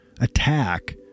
attack